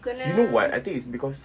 you know what I think it's because